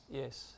yes